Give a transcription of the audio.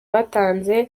batanze